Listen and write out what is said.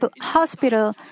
hospital